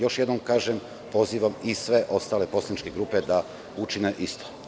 Još jednom kažem, pozivam i sve ostale poslaničke grupe da učine isto.